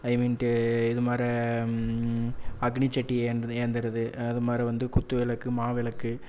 ஐ mean டு இதுமாதிரி அக்னி சட்டி ஏந்து ஏந்துகிறது அது மாதிரி வந்து குத்து விளக்கு மாவிளக்கு